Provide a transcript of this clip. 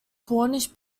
cornish